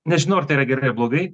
nežinau ar tai yra gerai ar blogai